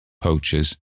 Poachers